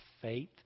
faith